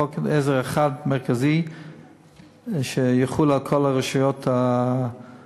חוק עזר אחד מרכזי שיחול על כל הרשויות המקומיות.